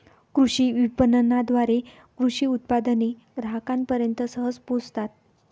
कृषी विपणनाद्वारे कृषी उत्पादने ग्राहकांपर्यंत सहज पोहोचतात